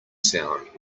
sound